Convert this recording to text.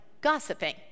gossiping